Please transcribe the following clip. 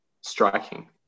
striking